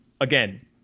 again